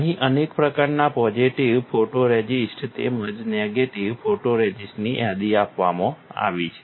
અહીં અનેક પ્રકારના પોઝિટિવ ફોટોરઝિસ્ટ તેમજ નેગેટિવ ફોટોરઝિસ્ટની યાદી આપવામાં આવી છે